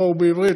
ובעברית,